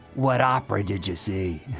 what opera did you see?